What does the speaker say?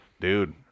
Dude